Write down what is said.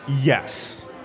Yes